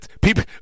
people